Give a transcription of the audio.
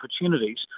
opportunities